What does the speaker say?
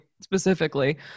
specifically